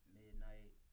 midnight